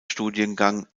studiengang